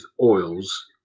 oils